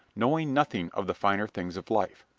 knowing nothing of the finer things of life.